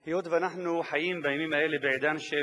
היות שאנחנו חיים בימים האלה בעידן של